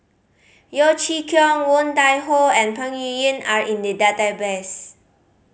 Yeo Chee Kiong Woon Tai Ho and Peng Yuyun are in the database